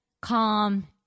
calm